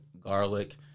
garlic